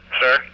sir